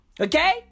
Okay